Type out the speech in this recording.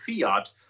fiat